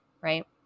right